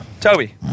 Toby